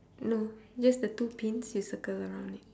no just the two pins you circle around it